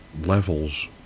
levels